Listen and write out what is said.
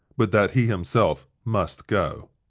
but that he himself must go.